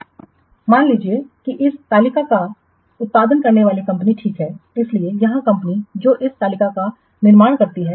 मान लीजिए कि इस तालिका का उत्पादन करने वाली कंपनी ठीक है इसलिए यहाँ कंपनी जो इस तालिका का निर्माण करती है